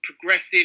progressive